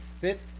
fit